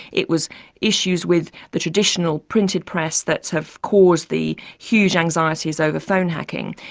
it was issues with the traditional printed press that have caused the huge anxieties over phone hacking.